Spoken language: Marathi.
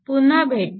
पुन्हा भेटू